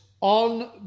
on